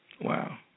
Wow